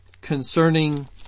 concerning